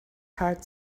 heart